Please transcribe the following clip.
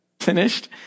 finished